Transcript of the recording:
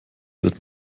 wird